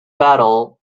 battle